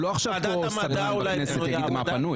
הוא לא סדרן בכנסת שיגיד מה פנוי.